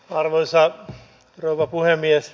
arvoisa rouva puhemies